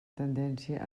tendència